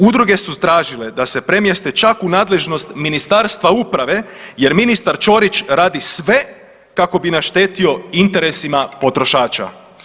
Udruge su tražile da se premjeste čak u nadležnost Ministarstva uprave jer ministar Čorić radi sve kako bi naštetio interesima potrošača.